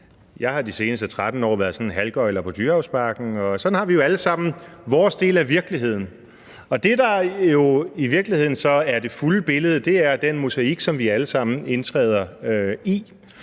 jeg har de seneste 13 år været sådan en halvgøgler på Dyrehavsbakken; og sådan har vi jo alle sammen vores del af virkeligheden. Og det, der jo så i virkeligheden er det fulde billede, er den mosaik, som vi allesammen indtræder i,